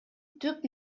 түп